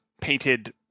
painted